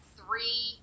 three